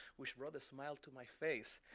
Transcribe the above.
which brought a smile to my face,